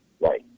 Right